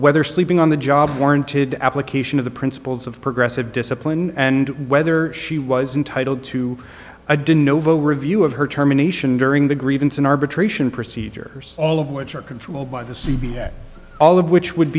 whether sleeping on the job warranted application of the principles of progressive discipline and whether she was entitle to a didn't novo review of her terminations during the grievance and arbitration procedures all of which are controlled by the c b s all of which would